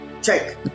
Check